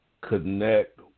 connect